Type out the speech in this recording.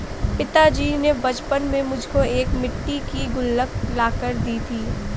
पिताजी ने बचपन में मुझको एक मिट्टी की गुल्लक ला कर दी थी